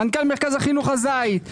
מנכ"ל מרכז החינוך הזית,